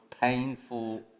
painful